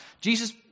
Jesus